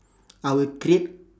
I would create